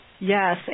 Yes